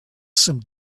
some